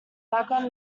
background